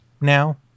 now